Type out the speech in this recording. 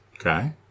Okay